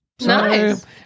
Nice